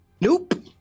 Nope